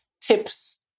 tips